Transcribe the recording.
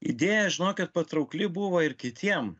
idėja žinokit patraukli buvo ir kitiem